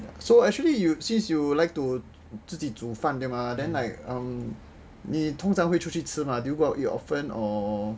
so actually you since you would like to 自己煮饭对吗 then like um 你通常会出去吃吗 do go out you often or